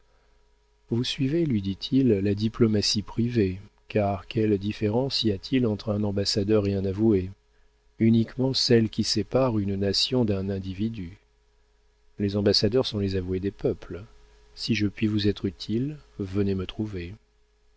vous suivez lui dit-il la diplomatie privée car quelle différence y a-t-il entre un ambassadeur et un avoué uniquement celle qui sépare une nation d'un individu les ambassadeurs sont les avoués des peuples si je puis vous être utile venez me trouver